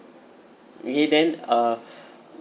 then uh